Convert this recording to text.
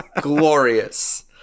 glorious